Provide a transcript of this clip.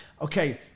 okay